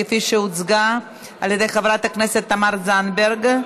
כפי שהוצגה על ידי חברת הכנסת תמר זנדברג.